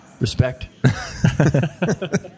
Respect